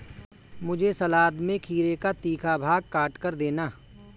मुझे सलाद में खीरे का तीखा भाग काटकर देना